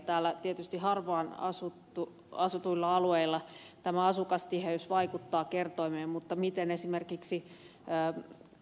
täällä tietysti harvaanasutuilla alueilla tämä asukastiheys vaikuttaa kertoimeen mutta miten esimerkiksi